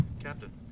Captain